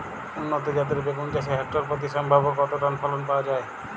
উন্নত জাতের বেগুন চাষে হেক্টর প্রতি সম্ভাব্য কত টন ফলন পাওয়া যায়?